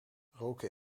roken